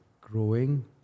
growing